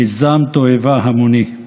מיזם תועבה המוני.